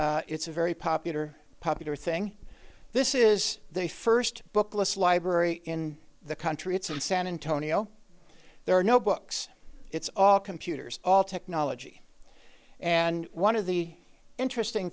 it's a very popular popular thing this is the first booklets library in the country it's in san antonio there are no books it's all computers all technology and one of the interesting